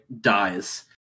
dies